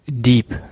deep